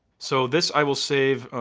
so this i will save.